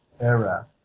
era